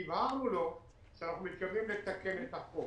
הבהרנו לו שאנחנו מתכוונים לתקן את החוק,